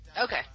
Okay